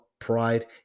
pride